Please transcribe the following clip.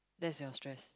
that's your stress